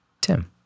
tim